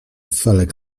felek